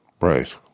Right